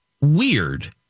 weird